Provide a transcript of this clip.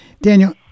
Daniel